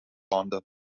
landen